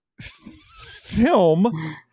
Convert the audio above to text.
Film